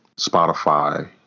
Spotify